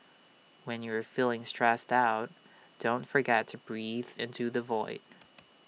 when you are feeling stressed out don't forget to breathe into the void